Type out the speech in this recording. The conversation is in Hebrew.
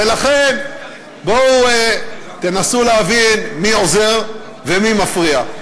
ולכן, בואו תנסו להבין מי עוזר ומי מפריע.